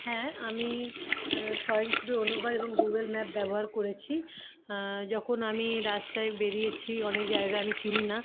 হ্যাঁ আমি স্বয়ংক্রিয় অনুবাদ এবং গুগল ম্যাপ ব্যবহার করেছি যখন আমি রাস্তায় বেরিয়েছি অনেক জায়গা আমি চিনি না